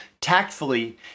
tactfully